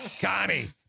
Connie